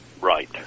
Right